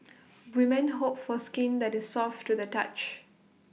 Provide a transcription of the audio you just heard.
women hope for skin that is soft to the touch